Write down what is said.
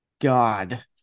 god